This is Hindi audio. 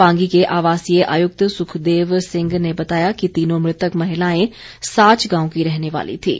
पांगी के आवासीय आयुक्त सुखदेव सिंह ने बताया कि तीनों मृतक महिलाएं साच गांव की रहने वाली थीं